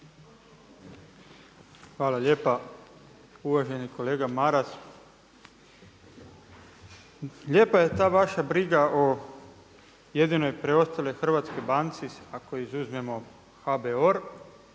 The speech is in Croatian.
Hvala lijepa. Uvaženi kolega Maras, lijepa je ta vaša briga o jedinoj preostaloj Hrvatskoj banci ako izuzmemo HBOR.